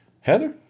Heather